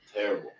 Terrible